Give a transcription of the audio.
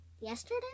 yesterday